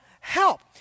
help